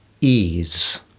ease